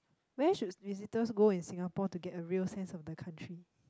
where should visitors go in Singapore to get a real sense of the country